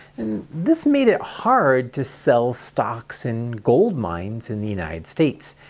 and this made it hard to sell stocks in gold mines in the united states,